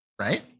right